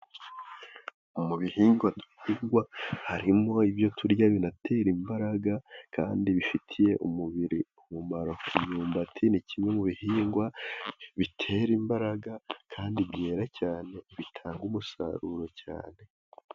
Mu bihingwa duhinga harimo ibyo turya binatera imbaraga, kandi bifitiye umubiri umumaro. Imyumbati ni kimwe mu bihingwa bitera imbaraga, kandi byera cyane bitanga umusaruro cyane.